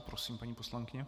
Prosím, paní poslankyně.